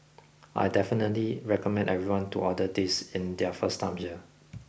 I definitely recommend everyone to order this in their first time here